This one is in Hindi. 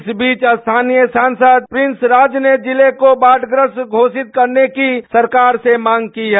इस बीच स्थानीय सांसद प्रिंस राज ने जिले को बाढ़ग्रस्त घोषित करने की सरकार से मांग की है